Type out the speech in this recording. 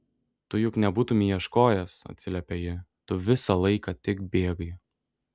tu juk nebūtumei ieškojęs atsiliepia ji tu visą laiką tik bėgai